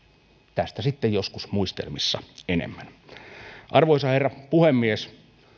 tästä sitten joskus muistelmissa enemmän arvoisa herra puhemies